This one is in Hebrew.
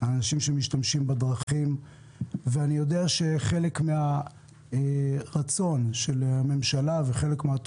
אנשים שמשתמשים בדרכים - ואני יודע שחלק מהרצון של הממשלה וחלק מהרצון,